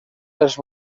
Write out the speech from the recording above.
els